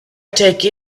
take